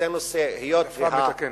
צריך העדפה מתקנת.